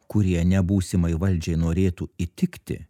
kurie ne būsimai valdžiai norėtų įtikti